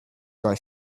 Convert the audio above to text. guy